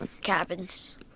cabins